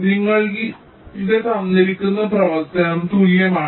നിങ്ങളുടെ തന്നിരിക്കുന്ന പ്രവർത്തനം തുല്യമാണ് 1